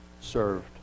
served